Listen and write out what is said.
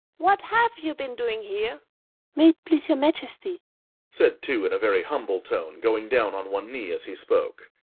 what have you been doing here may it please your majesty said two, in a very humble tone, going down on one knee as he spoke,